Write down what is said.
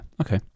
okay